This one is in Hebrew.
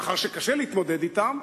מאחר שקשה להתמודד אתם,